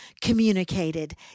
communicated